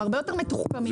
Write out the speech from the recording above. הם הרבה יותר מתוחכמים מזה.